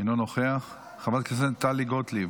אינו נוכח, חברת הכנסת טלי גוטליב,